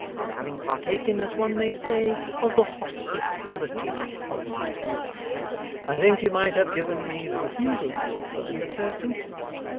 and having partaken, as one may say, of the hospitality of my roof i think you might have given me the refusal of this offer in the first instance.